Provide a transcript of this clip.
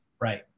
Right